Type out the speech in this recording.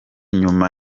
nyuma